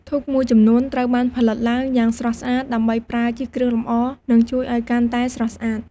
ធូបមួយចំនួនត្រូវបានផលិតឡើងយ៉ាងស្រស់ស្អាត ដើម្បីប្រើជាគ្រឿងលម្អ និងជួយឲ្យកាន់តែស្រស់ស្អាត។